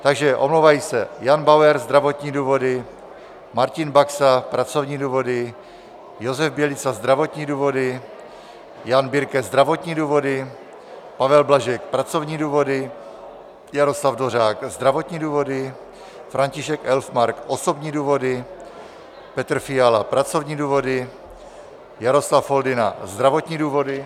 Takže omlouvají se: Jan Bauer zdravotní důvody, Martin Baxa pracovní důvody, Josef Bělica zdravotní důvody, Jan Birke zdravotní důvody, Pavel Blažek pracovní důvody, Jaroslav Dvořák zdravotní důvody, František Elfmark osobní důvody, Petr Fiala pracovní důvody, Jaroslav Foldyna zdravotní důvody.